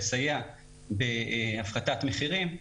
לסייע בהפחתת מחירים,